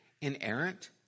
inerrant